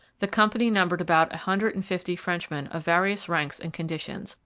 the company numbered about a hundred and fifty frenchmen of various ranks and conditions,